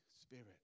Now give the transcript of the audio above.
Spirit